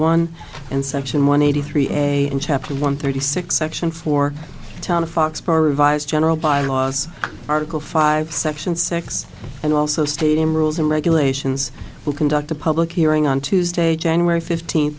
one and section one eighty three a in chapter one thirty six section four town of fox four revised general bylaws article five section six and also stadium rules and regulations will conduct a public hearing on tuesday january fifteenth